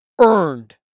earned